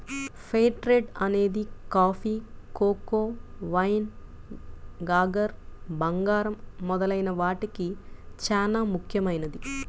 fair trade అనేది coffee, cocoa, wine, sugar, బంగారం మొదలైన వాటికి చానా ముఖ్యమైనది